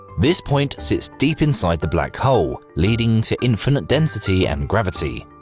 this point sits deep inside the black hole, leading to infinite density and gravity.